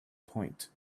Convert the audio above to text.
point